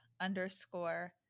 underscore